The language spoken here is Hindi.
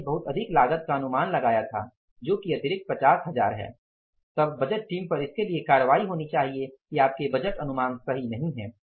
हमने बहुत अधिक लागत का अनुमान लगाया था जो अतिरिक्त 50 हजार है तब बजट टीम पर इसके लिए कार्यवाई होनी चाहिए कि आपके बजट अनुमान सही नहीं हैं